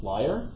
Liar